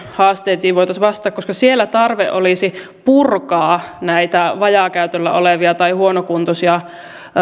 haasteisiin vastata siellä olisi tarve purkaa näitä vajaakäytöllä olevia tai huonokuntoisia